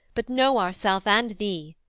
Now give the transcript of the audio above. but know ourself and thee,